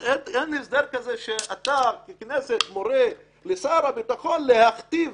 אין הסדר כזה שאתה ככנסת מורה לשר הביטחון להכתיב